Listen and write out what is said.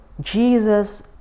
Jesus